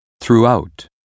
throughout